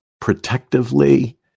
protectively